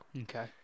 Okay